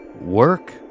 Work